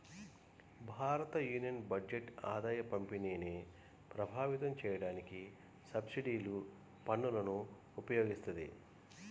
భారతయూనియన్ బడ్జెట్ ఆదాయపంపిణీని ప్రభావితం చేయడానికి సబ్సిడీలు, పన్నులను ఉపయోగిత్తది